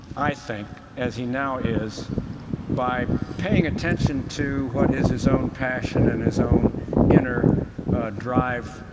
i think, as he now is by paying attention to what is his own passion and his own inner drive,